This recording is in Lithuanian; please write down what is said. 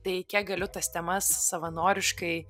tai kiek galiu tas temas savanoriškai